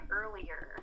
earlier